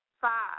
five